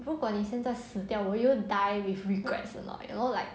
如果你现在死掉 will you die with regrets or not you know like